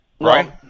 Right